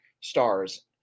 stars